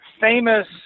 famous